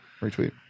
Retweet